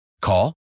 Call